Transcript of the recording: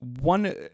one